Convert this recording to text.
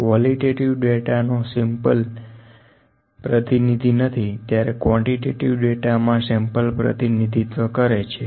qualitative data નો sample પ્રતિનિધિ નથી ત્યારે ક્વોન્ટીટેટીવ ડેટા મા સેમ્પલ પ્રતિનિધિત્વ કરે છે